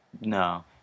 No